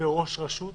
בראש הרשות